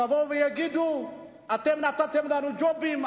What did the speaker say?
שיבואו ויגידו: אתם נתתם לנו ג'ובים,